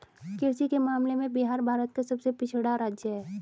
कृषि के मामले में बिहार भारत का सबसे पिछड़ा राज्य है